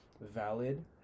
valid